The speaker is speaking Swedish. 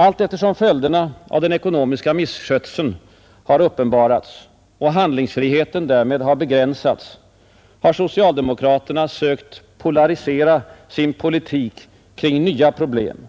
Allteftersom följderna av den ekonomiska misskötseln har uppenbarats och handlingsfriheten därmed har begränsats har socialdemokraterna sökt polarisera sin politik kring nya problem.